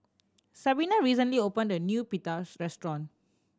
Sabina recently opened a new Pita restaurant